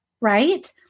right